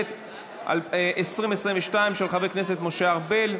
התשפ"ב 2022, של חבר הכנסת משה ארבל.